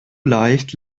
leicht